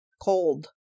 Cold